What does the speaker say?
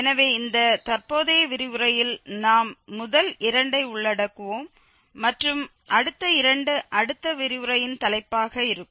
எனவே இந்த தற்போதைய விரிவுரையில் நாம் முதல் இரண்டை உள்ளடக்குவோம் மற்றும் அடுத்த இரண்டு அடுத்த விரிவுரையின் தலைப்பாக இருக்கும்